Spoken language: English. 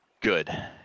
Good